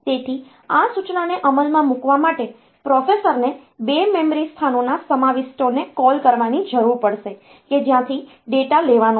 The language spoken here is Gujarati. તેથી આ સૂચનાને અમલમાં મૂકવા માટે પ્રોસેસરને 2 મેમરી સ્થાનોના સમાવિષ્ટોને કૉલ કરવાની જરૂર પડશે કે જ્યાંથી ડેટા લેવાનો છે